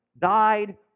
died